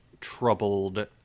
troubled